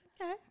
Okay